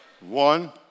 One